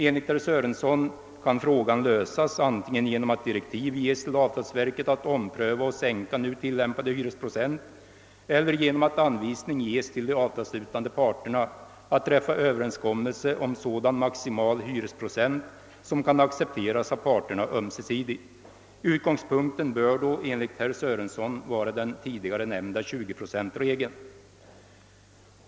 Enligt herr Sörenson kan frågan lösas antingen genom att direktiv ges till avtalsverket att ompröva och sänka nu tillämpade hyresprocent eller genom att anvisning ges till de avtalsslutande parterna att träffa överenskommelse om sådan maximal hyresprocent som kan accepteras 'av parterna ömsesidigt. Utgångspunkten bör då enligt herr Sörenson vara den tidigare nämnda 20-procentregein.